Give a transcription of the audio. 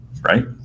right